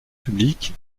public